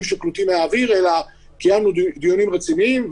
שבאים מהאוויר אלא קיימנו דיונים רציניים.